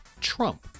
Trump